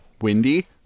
windy